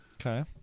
Okay